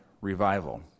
revival